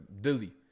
Delhi